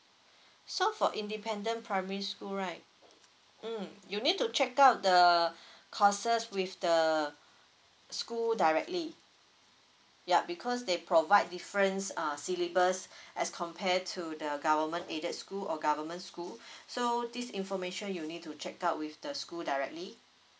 so for independent primary school right um you need to check out the courses with the school directly yup because they provide difference uh syllabus as compare to the government aided school or government school so this information you need to check out with the school directly